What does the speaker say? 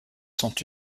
sont